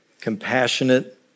compassionate